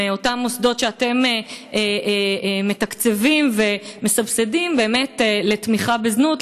מאותם מוסדות שאתם מתקצבים ומסבסדים לתמיכה בזנות,